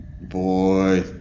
Boy